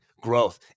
growth